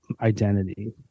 identity